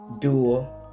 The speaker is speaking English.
dual